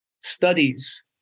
Studies